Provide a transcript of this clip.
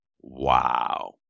Wow